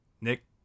Nick